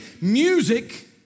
music